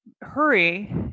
hurry